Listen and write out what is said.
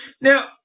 Now